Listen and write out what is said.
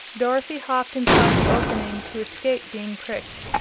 dorothy hopped inside the opening to escape being pricked,